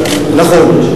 נכון.